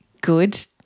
good